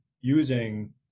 using